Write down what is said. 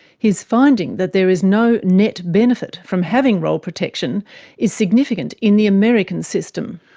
his finding that there is no net benefit from having roll protection is significant in the american system.